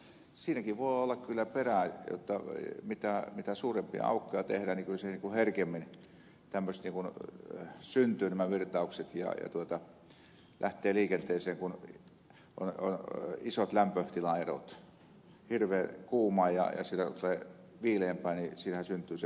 mutta siinäkin voi olla kyllä perää jotta mitä suurempia aukkoja tehdään sitä herkemmin syntyvät nämä virtaukset ja lähtevät liikenteeseen kun on isot lämpötilaerot terve huumoria hersyvä sai ville vainio etsiä syntyisi